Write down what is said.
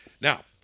Now